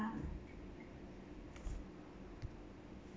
ya